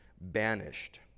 banished